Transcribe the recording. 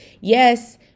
yes